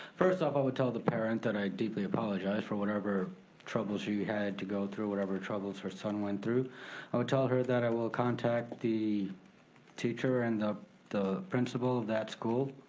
first off i would tell the parent that i deeply apologize for whatever trouble she had to go through whatever troubles her son went through. i would tell her that i will contact the teacher and the principal of that school.